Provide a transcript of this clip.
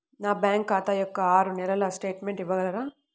నా బ్యాంకు ఖాతా యొక్క ఆరు నెలల స్టేట్మెంట్ ఇవ్వగలరా?